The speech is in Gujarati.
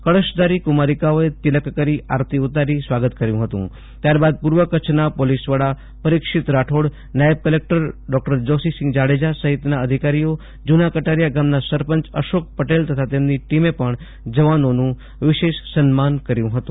કળશધારી કુમારિકાઓએ તિલક કરી આરતી ઉતારી સ્વાગત કર્યું હતું ત્યારબાદ પૂર્વ કરછના પોલીસ વડા પરિક્ષીત રાઠોડ નાયબ કલેકટર ડોકટર જોશી સિંફ જાડેજા સહિતના અધિકારીઓ જુના કટારીથા ગામના સરપંચ એશોક પટેલ તથા તેમની ટીમે પણ જવાનોનું વિશેષ સમ્માન કર્યું હતું